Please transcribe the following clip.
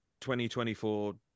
2024